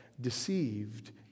deceived